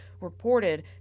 reported